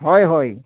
ହଏ ହଏ